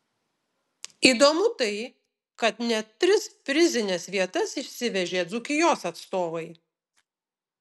įdomu tai kad net tris prizines vietas išsivežė dzūkijos atstovai